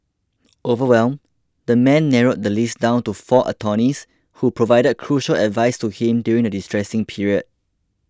overwhelmed the man narrowed the list down to four attorneys who provided crucial advice to him during the distressing period